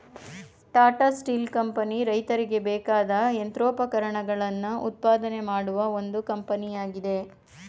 Tata steel company ರೈತರಿಗೆ ಬೇಕಾದ ಯಂತ್ರೋಪಕರಣಗಳನ್ನು ಉತ್ಪಾದನೆ ಮಾಡುವ ಒಂದು ಕಂಪನಿಯಾಗಿದೆ